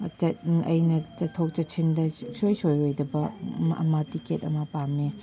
ꯑꯩꯅ ꯆꯠꯊꯣꯛ ꯆꯠꯁꯤꯟꯗ ꯁꯨꯡꯁꯣꯏ ꯁꯣꯏꯔꯣꯏꯗꯕ ꯑꯃ ꯇꯤꯛꯀꯦꯠ ꯑꯃ ꯄꯥꯝꯃꯦ